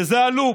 וזה הלופ.